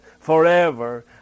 forever